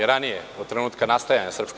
I ranije, od trenutka nastajanja SNS.